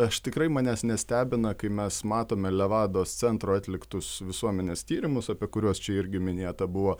aš tikrai manęs nestebina kai mes matome levados centro atliktus visuomenės tyrimus apie kuriuos čia irgi minėta buvo